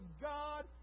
God